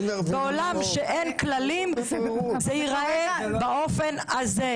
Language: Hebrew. בעולם שאין כללים, זה ייראה באופן הזה.